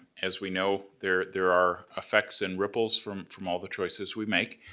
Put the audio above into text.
as we know, there there are effects and ripples from from all the choices we make.